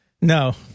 No